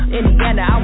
Indiana